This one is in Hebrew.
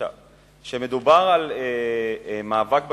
כשמדובר על מאבק בשחיתות,